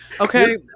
Okay